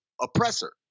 oppressor